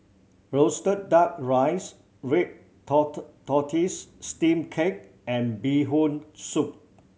roasted Duck Rice red tortoise steamed cake and Bee Hoon Soup